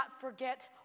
forget